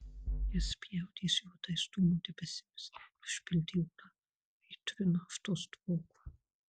jis spjaudėsi juodais dūmų debesimis ir užpildė orą aitriu naftos dvoku